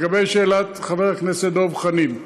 לגבי שאלת חבר הכנסת דב חנין: